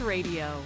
Radio